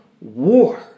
war